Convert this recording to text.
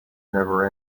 never